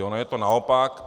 Ono je to naopak.